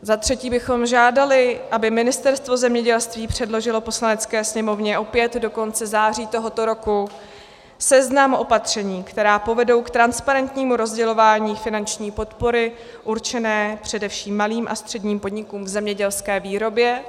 Za třetí bychom žádali, aby Ministerstvo zemědělství předložilo Poslanecké sněmovně opět do konce září tohoto roku seznam opatření, která povedou k transparentnímu rozdělování finanční podpory určené především malým a středním podnikům v zemědělské výrobě.